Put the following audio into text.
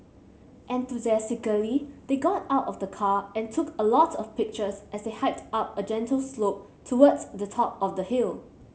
enthusiastically they got out of the car and took a lot of pictures as they hiked up a gentle slope towards the top of the hill